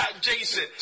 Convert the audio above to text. Jason